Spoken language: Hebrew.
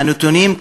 והנתונים,